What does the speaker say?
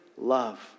love